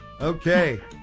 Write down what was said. Okay